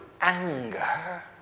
anger